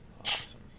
awesome